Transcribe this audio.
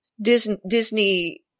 Disney